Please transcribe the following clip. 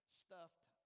stuffed